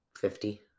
fifty